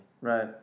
Right